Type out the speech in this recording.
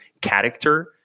character